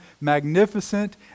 magnificent